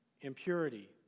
impurity